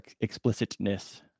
explicitness